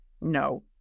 no